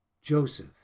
Joseph